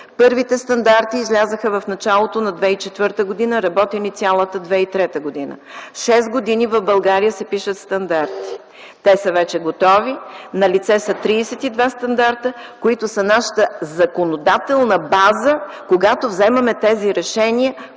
Първите стандарти излязоха в началото на 2004 г., работени през цялата 2003 г. Шест години в България се пишат стандарти. Те са вече готови. Налице са 32 стандарта, които са нашата законодателна база, когато вземаме тези решения